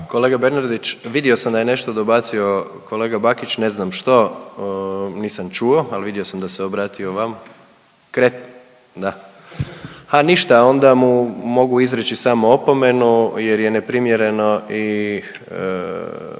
Kolega Bernardić, vidio sam da je nešto dobacio kolega Bakić, ne znam što, nisam čuo ali vidio sam da se obratio vama. Kreten, da. A ništa onda mu mogu izreći samo opomenu, jer je neprimjereno i